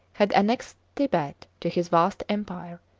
had annexed tibet to his vast empire,